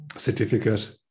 certificate